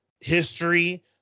history